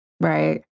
Right